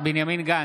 בנימין גנץ,